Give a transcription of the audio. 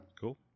Cool